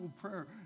prayer